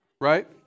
right